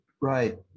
right